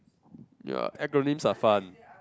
ya acronyms are fun